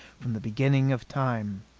from the beginning of time.